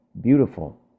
beautiful